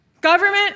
Government